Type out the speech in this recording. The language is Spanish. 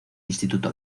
instituto